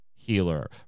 healer